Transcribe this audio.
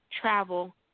travel